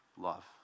Love